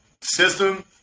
system